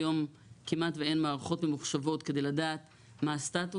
היום כמעט ואין מערכות ממוחשבות כדי לדעת מה הסטטוס.